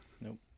Nope